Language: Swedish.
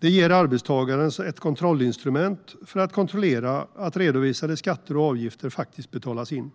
Det ger arbetstagare ett instrument för att kontrollera att redovisade skatter och avgifter faktiskt betalats in,